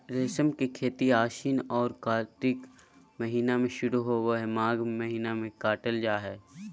रेशम के खेती आशिन औरो कार्तिक महीना में शुरू होबे हइ, माघ महीना में काटल जा हइ